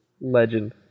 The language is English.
Legend